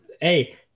hey